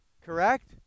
Correct